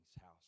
house